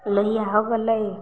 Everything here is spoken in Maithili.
लोहिआ हो गेलै